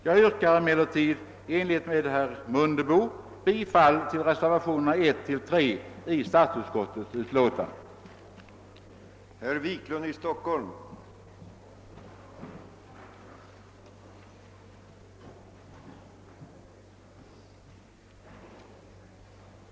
Jag yrkar emellertid i likhet med herr Mundebo bifall till reservationerna 1, 2 och 3 vid statsutskottets utlåtande nr 177.